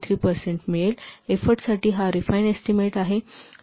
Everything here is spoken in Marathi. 93 पर्सेंट मिळेलएफोर्टसाठी हा रिफाइन एस्टीमेट आहे